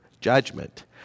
judgment